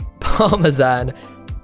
Parmesan